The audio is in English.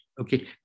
okay